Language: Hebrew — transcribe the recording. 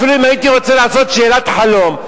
אפילו אם הייתי רוצה לעשות שאלת חלום,